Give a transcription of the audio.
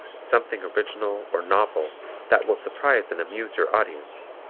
something original or novel that will surprise and amuse your audience,